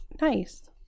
Nice